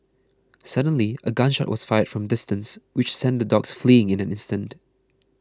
suddenly a gun shot was fired from a distance which sent the dogs fleeing in an instant